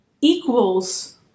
equals